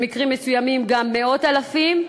במקרים מסוימים גם מאות אלפים,